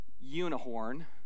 Unicorn